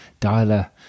dialer